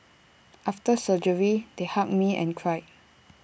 after surgery they hugged me and cried